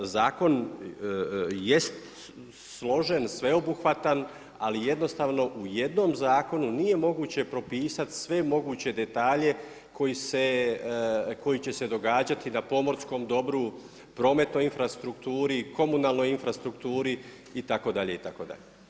Zakon jest složen, sveobuhvatan, ali jednostavno u jednom zakonu nije moguće propisati sve moguće detalje koji će se događati na pomorskom dobru, prometnoj infrastrukturi, komunalnoj infrastrukturi itd, itd.